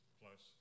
plus